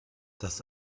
das